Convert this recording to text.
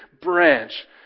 branch